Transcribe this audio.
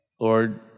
Lord